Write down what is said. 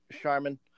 Charmin